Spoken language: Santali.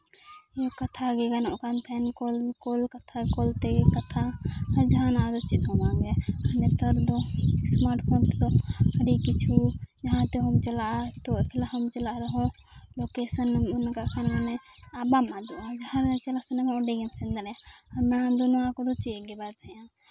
ᱠᱟᱛᱷᱟ ᱜᱮ ᱜᱟᱱᱚᱜ ᱠᱟᱱ ᱛᱟᱦᱮᱱ ᱠᱚᱞ ᱠᱚᱞ ᱠᱟᱛᱷᱟ ᱠᱚᱞ ᱛᱮᱜᱮ ᱠᱟᱛᱷᱟ ᱟᱨ ᱡᱟᱦᱟᱱᱟᱜ ᱫᱚ ᱪᱮᱫ ᱦᱚᱸ ᱵᱟᱝᱜᱮ ᱱᱮᱛᱟᱨ ᱫᱚ ᱥᱢᱟᱨᱴ ᱯᱷᱳᱱ ᱛᱮᱫᱚ ᱟᱹᱰᱤ ᱠᱤᱪᱷᱩ ᱡᱟᱦᱟᱸ ᱛᱮᱵᱚᱱ ᱪᱟᱞᱟᱜᱼᱟ ᱱᱤᱛᱚᱜ ᱮᱠᱞᱟ ᱵᱚᱱ ᱪᱟᱞᱟᱜ ᱨᱮᱦᱚᱸ ᱞᱳᱠᱮᱥᱮᱱ ᱮᱢ ᱚᱱ ᱠᱷᱟᱜ ᱢᱟᱱᱮ ᱟᱢ ᱵᱟᱢ ᱟᱫᱚᱜᱼᱟ ᱡᱟᱦᱟᱸ ᱨᱮ ᱪᱟᱞᱟᱜ ᱥᱟᱱᱟ ᱢᱮᱭᱟ ᱚᱸᱰᱮ ᱜᱮᱢ ᱥᱮᱱ ᱫᱟᱲᱮᱭᱟᱜᱼᱟ ᱟᱨ ᱢᱟᱲᱟᱝ ᱫᱚ ᱱᱚᱣᱟ ᱠᱚᱫᱚ ᱪᱮᱫ ᱜᱮ ᱵᱟᱭ ᱛᱟᱦᱮᱸᱜᱼᱟ